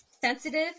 Sensitive